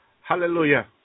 Hallelujah